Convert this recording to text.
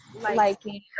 liking